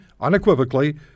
unequivocally